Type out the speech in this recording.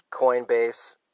Coinbase